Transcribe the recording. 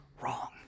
wrong